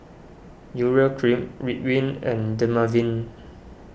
Urea Cream Ridwind and Dermaveen